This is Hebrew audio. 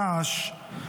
דאעש,